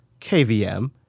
KVM